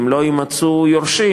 אם לא יימצאו יורשים,